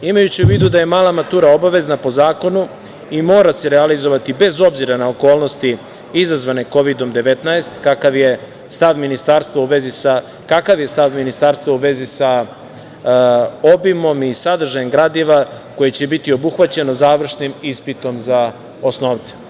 Imajući u vidu da je mala matura obavezna po zakonu i mora se realizovati bez obzira na okolnosti izazvane Kovidom 19, kakav je stav Ministarstva u vezi sa obimom i sadržajem gradiva koji će biti obuhvaćeno završnim ispitom za osnovce?